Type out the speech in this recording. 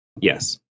yes